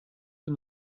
dem